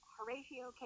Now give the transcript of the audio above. Horatio